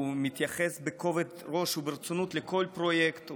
הוא מתייחס בכובד ראש וברצינות לכל פרויקט.